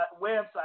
website